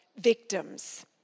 victims